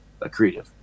accretive